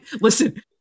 listen